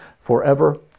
forever